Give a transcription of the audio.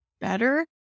better